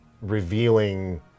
revealing